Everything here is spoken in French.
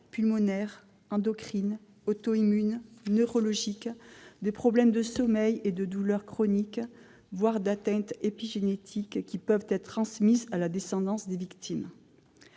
pulmonaires, endocrines, auto-immunes, neurologiques, des problèmes de sommeil et de douleurs chroniques, voire des atteintes épigénétiques pouvant être transmises à la descendance des victimes.